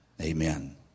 amen